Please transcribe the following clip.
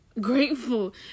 grateful